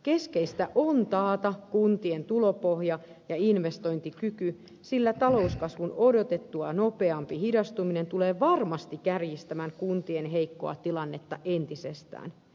keskeistä on taata kuntien tulopohja ja investointikyky sillä talouskasvun odotettua nopeampi hidastuminen tulee varmasti kärjistämään kuntien heikkoa tilannetta entisestään